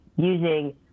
using